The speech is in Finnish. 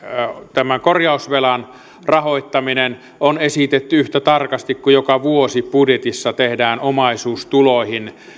tämän korjausvelan rahoittaminen on esitetty yhtä tarkasti kuin joka vuosi budjetissa tehdään omaisuustuloja